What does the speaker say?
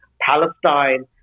Palestine